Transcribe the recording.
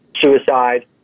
suicide